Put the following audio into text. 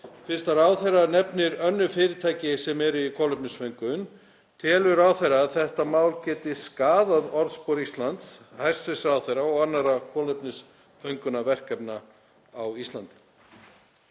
Fyrst ráðherra nefnir önnur fyrirtæki sem eru í kolefnisföngun, telur ráðherra að þetta mál geti skaðað orðspor Íslands, hæstv. ráðherra og annarra kolefnisföngunarverkefna á Íslandi?